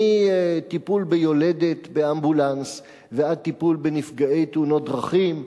מטיפול ביולדת באמבולנס ועד טיפול בנפגעי תאונות דרכים,